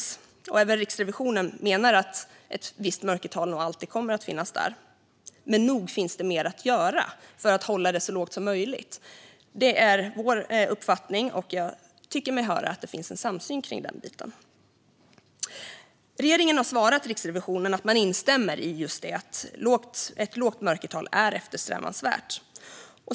Även Riksrevisionen menar att ett visst mörkertal förmodligen alltid kommer att finnas där. Men nog finns det mer att göra för att hålla det så lågt som möjligt. Det är vår uppfattning, och jag tycker mig höra att det finns en samsyn kring den biten. Regeringen har svarat Riksrevisionen att man instämmer i att ett lågt mörkertal är eftersträvansvärt.